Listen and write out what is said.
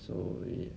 so